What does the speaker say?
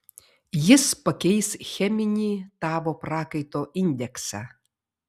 jis pakeis cheminį tavo prakaito indeksą